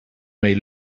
may